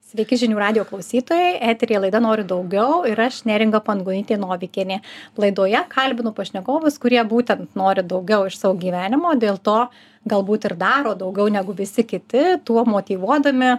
sveiki žinių radijo klausytojai eteryje laida noriu daugiau ir aš neringa pangonytė novikienė laidoje kalbinu pašnekovus kurie būtent nori daugiau iš savo gyvenimo dėl to galbūt ir daro daugiau negu visi kiti tuo motyvuodami